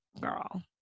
girl